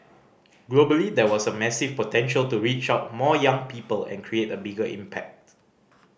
globally there was a massive potential to reach out more young people and create a bigger impact